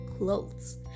clothes